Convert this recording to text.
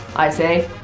i say